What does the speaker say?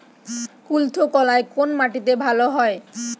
কুলত্থ কলাই কোন মাটিতে ভালো হয়?